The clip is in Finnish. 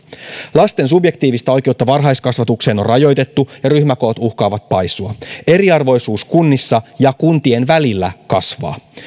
lasten subjektiivista oikeutta varhaiskasvatukseen on rajoitettu ja ryhmäkoot uhkaavat paisua eriarvoisuus kunnissa ja kuntien välillä kasvaa